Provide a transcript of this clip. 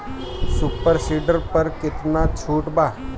Super seeder पर केतना छूट बा?